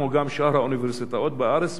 כמו גם בשאר האוניברסיטאות בארץ,